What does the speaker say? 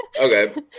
okay